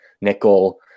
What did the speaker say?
nickel